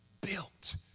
built